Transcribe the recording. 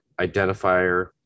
identifier